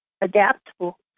adaptable